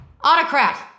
Autocrat